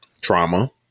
Trauma